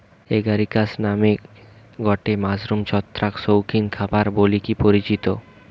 Agaricus নামের গটে mushroom ছত্রাক শৌখিন খাবার বলিকি পরিচিত